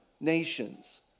nations